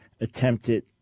attempted